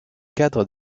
cadres